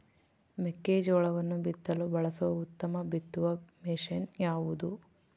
ಮೆಕ್ಕೆಜೋಳವನ್ನು ಬಿತ್ತಲು ಬಳಸುವ ಉತ್ತಮ ಬಿತ್ತುವ ಮಷೇನ್ ಯಾವುದು?